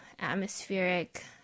atmospheric